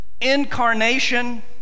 incarnation